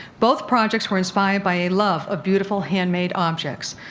both projects were inspired by a love of beautiful handmade objects.